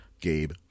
Gabe